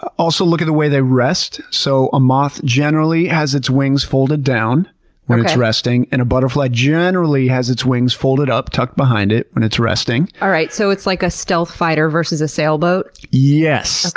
also look at the way they rest. so a moth generally has its wings folded down when it's resting, and a butterfly generally has its wings folded up, tucked behind it, when it's resting. all right, so it's like a stealth fighter versus a sailboat? yes,